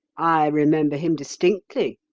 i remember him distinctly,